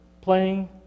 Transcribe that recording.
playing